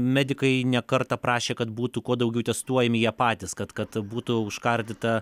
medikai ne kartą prašė kad būtų kuo daugiau testuojami jie patys kad kad būtų užkardyta